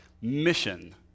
mission